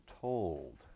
told